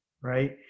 right